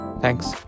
Thanks